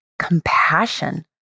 compassion